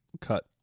cut